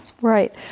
Right